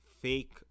fake